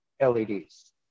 LEDs